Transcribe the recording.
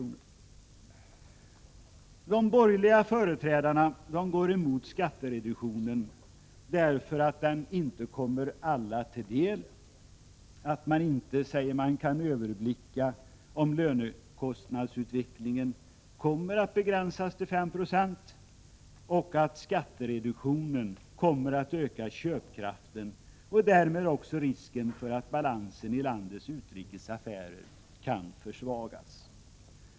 97 De borgerliga företrädarna går emot skattereduktionen därför att den inte kommer alla till del, därför att man då, som de påstår, inte kan överblicka om lönekostnadsutvecklingen kommer att begränsas till 5 26 och därför att skattereduktionen kommer att öka köpkraften och därmed risken för att balansen i landets utrikesaffärer försvagas.